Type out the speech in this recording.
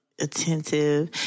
attentive